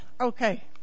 okay